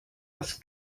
das